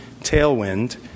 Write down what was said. Tailwind